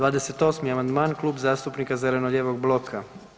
28. amandman, Klub zastupnika zeleno-lijevog bloka.